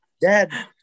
Dad